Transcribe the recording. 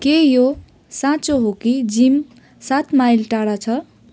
के यो साँचो हो कि जिम सात माइल टाढा छ